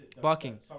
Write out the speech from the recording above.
Barking